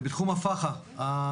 ובתחום הפח"ע,